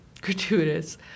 Gratuitous